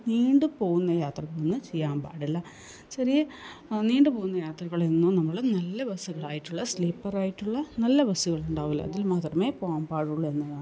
നീണ്ടുപോവുന്ന യാത്ര ഒന്ന് ചെയ്യാൻ പാടില്ല ചെറിയ നീണ്ടുപോവുന്ന യാത്രകളെയൊന്നും നമ്മള് നല്ല ബസ്സുകളായിട്ടുള്ള സ്ലീപ്പറായിട്ടുള്ള നല്ല ബസ്സുകളുണ്ടാവുമല്ലോ അതിൽ മാത്രമേ പോകാൻ പാടുള്ളൂ എന്നുള്ളതാണ്